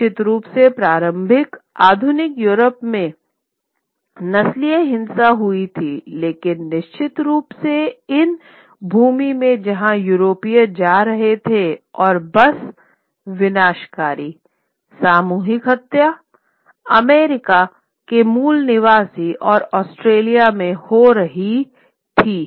निश्चित रूप से प्रारंभिक आधुनिक यूरोप में नस्लीय हिंसा हुई थीलेकिन निश्चित रूप से इन भूमि में जहां यूरोपीय जा रहे थे और बस विनाशकारी सामूहिक हत्या अमेरिका के मूल निवासी और ऑस्ट्रेलिया में हो रही थी